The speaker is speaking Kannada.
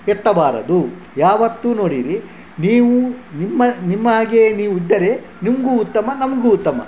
ಎತ್ತಬಾರದು ಯಾವತ್ತೂ ನೋಡಿರಿ ನೀವು ನಿಮ್ಮ ನಿಮ್ಮ ಹಾಗೆಯೇ ನೀವಿದ್ದರೆ ನಿಮಗೂ ಉತ್ತಮ ನಮಗೂ ಉತ್ತಮ